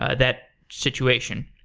ah that situation.